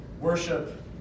worship